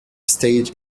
stage